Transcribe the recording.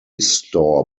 store